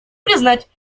признать